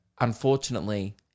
unfortunately